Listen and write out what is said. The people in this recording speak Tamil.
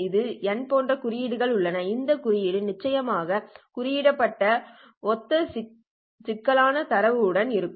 இதில் n போன்ற குறியீடுகள் உள்ளன இந்த குறியீடுகள் நிச்சயமாக குறியீட்டுடன் ஒத்த சிக்கலான தரவு உடன் இருக்கும்